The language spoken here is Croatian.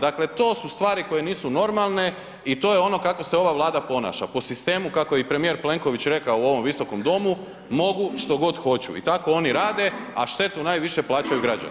Dakle, to su stvari koje nisu normalne i to je ono kako se ova Vlada ponaša, po sistemu kako je i premijer Plenković rekao u ovom Visokom domu, mogu što god hoću i tako oni rade, a štetu najviše plaćaju građani.